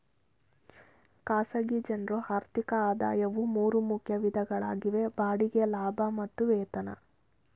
ಖಾಸಗಿ ಜನ್ರು ಆರ್ಥಿಕ ಆದಾಯವು ಮೂರು ಮುಖ್ಯ ವಿಧಗಳಾಗಿವೆ ಬಾಡಿಗೆ ಲಾಭ ಮತ್ತು ವೇತನ